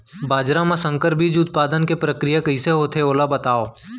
बाजरा मा संकर बीज उत्पादन के प्रक्रिया कइसे होथे ओला बताव?